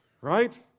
right